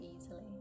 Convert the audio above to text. easily